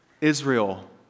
Israel